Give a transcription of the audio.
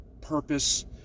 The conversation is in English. purpose